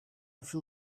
feel